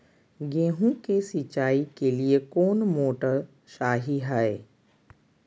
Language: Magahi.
गेंहू के सिंचाई के लिए कौन मोटर शाही हाय?